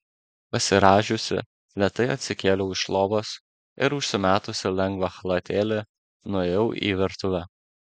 pasirąžiusi lėtai atsikėliau iš lovos ir užsimetusi lengvą chalatėlį nuėjau į virtuvę